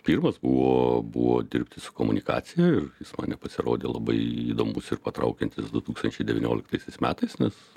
pirmas buvo buvo dirbti su komunikacija ir jis man nepasirodė labai įdomus ir patraukiantis du tūkstančiai devynioliktaisiais metais nes